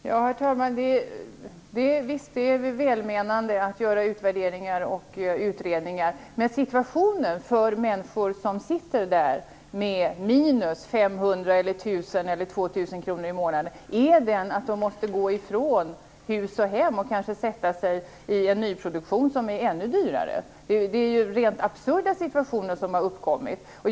Herr talman! Visst är det välmenande att man gör utvärderingar och utredningar, men situationen för människor som sitter där med minus 500, 1 000 eller 2 000 kr i månaden är att de måste gå ifrån hus och hem och kanske sätta sig i nyproduktion, som är ännu dyrare. Det är ju en absurd situation som har uppkommit.